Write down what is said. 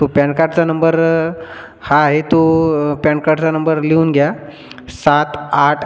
तो पॅन कार्डचा नंबर हा आहे तो पॅन कार्डचा नंबर लिहून घ्या सात आठ